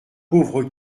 pauvre